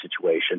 situation